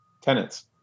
tenants